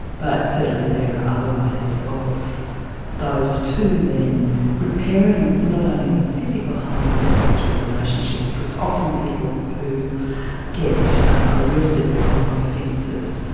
but certainly there are other ways of those two then repairing not only the physical harm but the harm to the relationship, because often people who get arrested for violent offences,